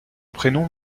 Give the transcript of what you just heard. prénom